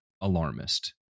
alarmist